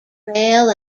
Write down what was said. rail